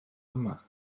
yma